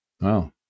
Wow